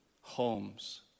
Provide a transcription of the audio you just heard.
homes